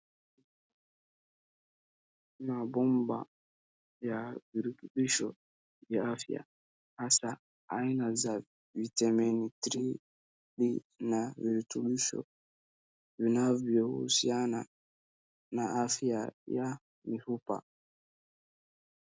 Mabomba ya virutubisho vya afya hasa aina za Vitamin 3D na virutubisho vinavyohusiana na afya ya mifupa.